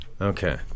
Okay